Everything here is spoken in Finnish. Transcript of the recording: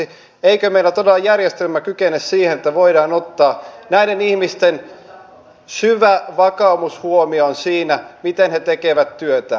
eikö meillä todella järjestelmä kykene siihen että voidaan ottaa näiden ihmisten syvä vakaumus huomioon siinä miten he tekevät työtään